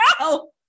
no